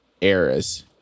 eras